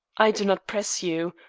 i do not press you.